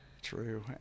True